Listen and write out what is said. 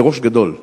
בראש גדול.